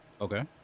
Okay